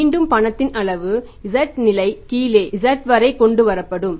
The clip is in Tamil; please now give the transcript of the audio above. மீண்டும்பணத்தின் அளவு z நிலை கீழே z வரை கொண்டு வரப்படும்